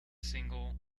single